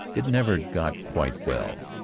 it never got quite well.